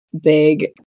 big